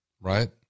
right